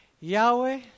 Yahweh